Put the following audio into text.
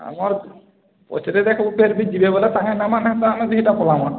ଆମର୍ ପଛ୍ରେ ଦେଖିବୁ ଫିରିବ୍ ଯିବେ ବୋଇଲେ ଆମେ ଦୁଇଟା ପଲାମା